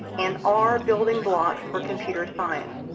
and our building blocks for computer science.